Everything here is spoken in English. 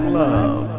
love